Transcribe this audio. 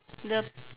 the